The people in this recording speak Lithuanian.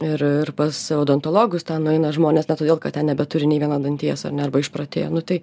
ir ir pas odontologus nueina žmonės ne todėl kad ten nebeturi nei vieno danties ar ne arba išprotėjo nu tai